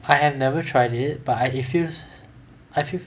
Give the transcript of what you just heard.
I have never tried it but I it feels I feel